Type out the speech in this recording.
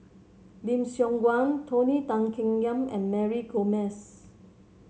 Lim Siong Guan Tony Tan Keng Yam and Mary Gomes